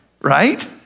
right